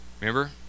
remember